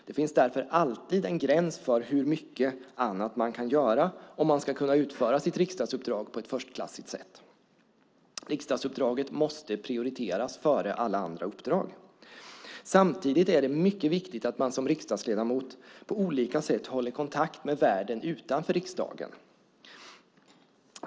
Det finns därför alltid en gräns för hur mycket annat man kan göra om man ska kunna utföra sitt riksdagsuppdrag på ett förstklassigt sätt. Riksdagsuppdraget måste prioriteras före alla andra uppdrag. Samtidigt är det mycket viktigt att man som riksdagsledamot på olika sätt håller kontakt med världen utanför riksdagen.